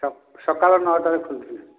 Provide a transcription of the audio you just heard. ସକାଳ ସକାଳ ନଅଟାରେ ଖୋଲୁଛି